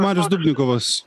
marius dubnikovas